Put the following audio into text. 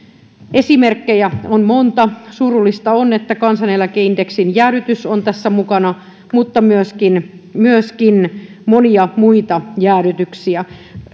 esimerkkejä on monta surullista on että kansaneläkeindeksin jäädytys on tässä mukana mutta myöskin myöskin monia muita jäädytyksiä